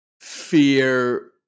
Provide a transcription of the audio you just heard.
fear